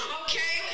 okay